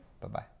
Bye-bye